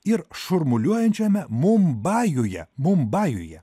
ir šurmuliuojančiame mumbajuje mumbajuje